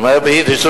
הוא אמר ביידיש,